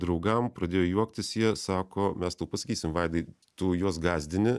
draugam pradėjo juoktis jie sako mes tau pasakysim vaidai tu juos gąsdini